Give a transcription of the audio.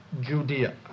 Judea